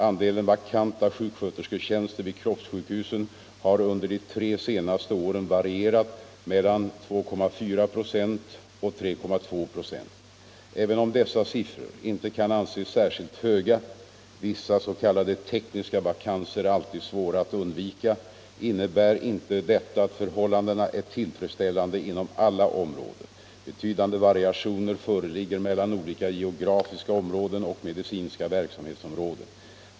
Andelen vakanta sjukskötersketjänster vid kroppssjukhusen har under de tre senaste åren varierat mellan 2,4 96 och 3,2 96. Även om dessa siffror inte kan anses särskilt höga — vissa s.k. tekniska vakanser är alltid svåra att undvika — innebär inte detta att förhållandena är tillfredsställande inom alla områden. Betydande variationer föreligger mellan olika geografiska områden och medicinska verksamhetsområden.